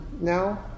now